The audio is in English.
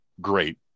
Great